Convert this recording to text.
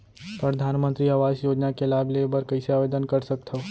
परधानमंतरी आवास योजना के लाभ ले बर कइसे आवेदन कर सकथव?